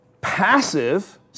passive